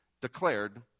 declared